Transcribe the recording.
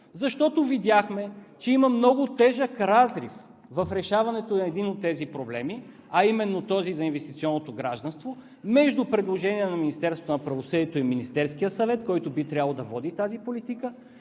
Защото видяхме, че има много тежък разрив в решаването на един от тези проблеми, а именно този за инвестиционното гражданство, между предложението на Министерството на правосъдието и